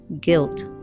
guilt